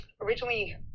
originally